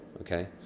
okay